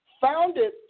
founded